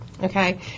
Okay